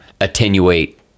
attenuate